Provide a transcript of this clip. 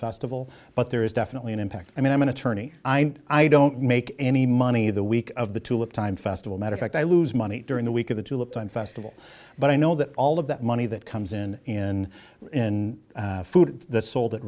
festival but there is definitely an impact i mean i'm an attorney i'm i don't make any money the week of the tulip time festival matter fact i lose money during the week of the two looked on festival but i know that all of that money that comes in in food that's sold at